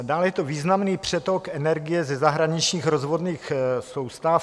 Dále je to významný přetok energie ze zahraničních rozvodných soustav.